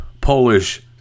Polish